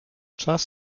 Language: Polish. czas